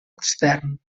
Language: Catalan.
extern